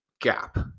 gap